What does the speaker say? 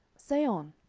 say on.